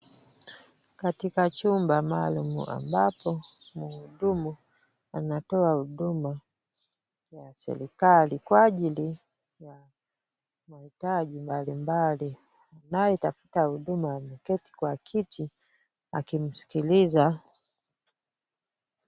Katika chumba maalum ambapo mhudumu anatoa huduma ya serikali kwa ajili ya mahitaji mbalimbali. Anayetafuta huduma ameketi kwa kiti akimsikiliza.